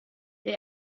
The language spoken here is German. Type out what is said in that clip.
der